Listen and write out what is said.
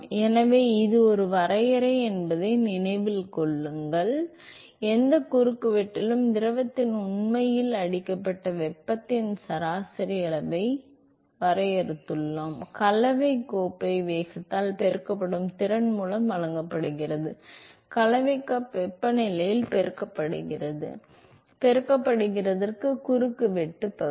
எனவே இது ஒரு வரையறை என்பதை நினைவில் கொள்ளவும் எந்த குறுக்குவெட்டிலும் திரவத்தில் உண்மையில் அடிக்கப்பட்ட வெப்பத்தின் சராசரி அளவை வரையறுத்துள்ளோம் கலவை கோப்பை வேகத்தால் பெருக்கப்படும் திறன் மூலம் வழங்கப்படுகிறது கலவை கப் வெப்பநிலையால் பெருக்கப்படுகிறது பெருக்கப்படுகிறது குறுக்கு வெட்டு பகுதி